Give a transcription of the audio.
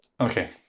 Okay